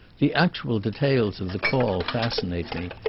the actual details of the call fascinate me,